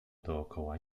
dookoła